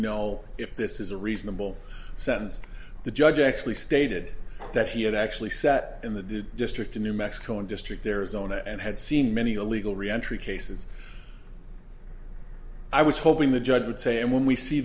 know if this is a reasonable sentence the judge actually stated that he had actually sat in the district in new mexico in district arizona and had seen many illegal reentry cases i was hoping the judge would say and when we see